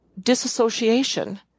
disassociation